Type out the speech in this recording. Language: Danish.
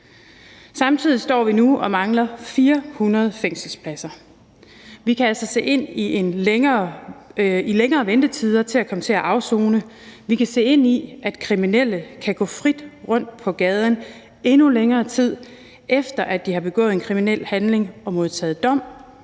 vi nu og mangler 400 fængselspladser. Vi kan altså se ind i længere ventetider til at komme til at afsone, vi kan se ind i, at kriminelle kan gå frit rundt på gaden endnu længere tid, efter de har begået en kriminel handling og modtaget dom.